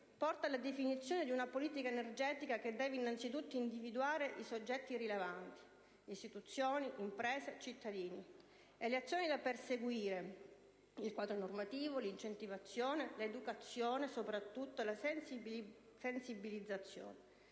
porta alla definizione di una politica energetica che deve innanzitutto individuare i soggetti rilevanti: istituzioni, imprese e cittadini, e le azioni da perseguire, il quadro normativo, l'incentivazione, l'educazione e soprattutto la sensibilizzazione.